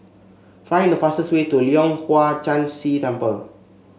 find the fastest way to Leong Hwa Chan Si Temple